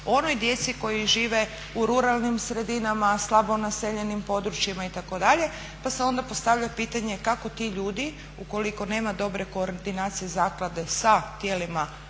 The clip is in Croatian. onoj djeci koji žive u ruralnim sredinama, slabo naseljenim područjima itd. Pa se onda postavlja pitanje kako ti ljudi ukoliko nema dobre koordinacije zaklade sa tijelima